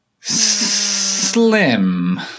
Slim